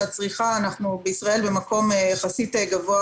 שלגבי הצריכה בישראל אנחנו במקום יחסית גבוה